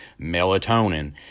melatonin